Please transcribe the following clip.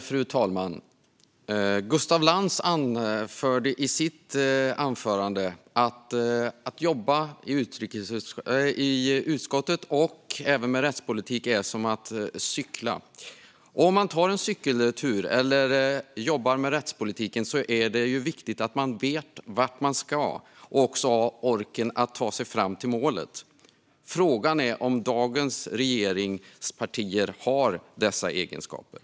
Fru talman! Gustaf Lantz sa i sitt anförande: Att jobba i utskottet och med rättspolitik är som att cykla. Om man tar en cykeltur eller jobbar med rättspolitiken är det viktigt att man vet vart man ska och också har orken att ta sig fram till målet. Frågan är om dagens regeringspartier har dessa egenskaper.